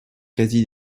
quasi